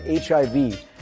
HIV